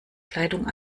kleidung